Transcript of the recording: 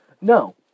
No